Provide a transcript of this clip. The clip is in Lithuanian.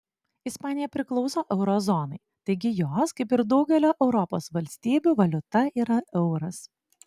ispanija priklauso euro zonai taigi jos kaip ir daugelio europos valstybių valiuta yra euras